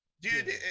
dude